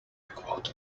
quote